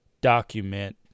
document